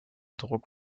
druck